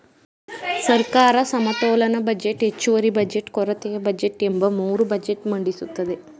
ಸರ್ಕಾರ ಸಮತೋಲನ ಬಜೆಟ್, ಹೆಚ್ಚುವರಿ ಬಜೆಟ್, ಕೊರತೆಯ ಬಜೆಟ್ ಎಂಬ ಮೂರು ಬಜೆಟ್ ಮಂಡಿಸುತ್ತದೆ